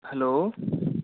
hello